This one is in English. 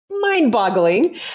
Mind-boggling